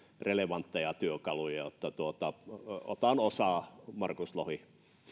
relevantteja työkaluja otan osaa markus lohi